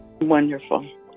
Wonderful